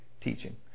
teaching